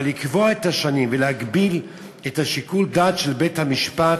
אבל לקבוע את השנים ולהגביל את שיקול הדעת של בית-המשפט,